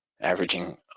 averaging